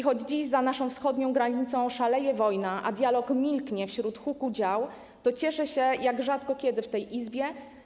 Choć dziś za naszą wschodnią granicą szaleje wojna, a dialog milknie wśród huku dział, to cieszę się, jak rzadko kiedy w tej Izbie.